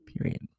Period